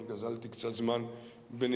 אני גזלתי קצת זמן בנתונים,